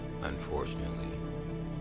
unfortunately